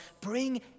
bring